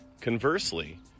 Conversely